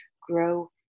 grow